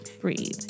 breathe